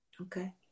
Okay